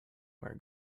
where